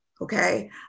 Okay